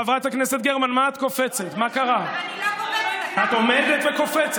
חבר הכנסת גנץ, אתה תקבל את אמון הכנסת במיעוט.